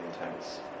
intense